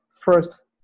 first